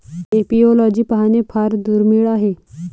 apiology पाहणे फार दुर्मिळ आहे